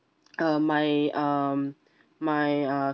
uh my um my uh